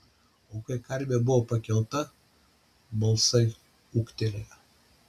o kai karvė buvo pakelta balsai ūktelėjo